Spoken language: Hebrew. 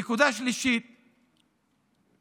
נקודה שלישית וחשובה,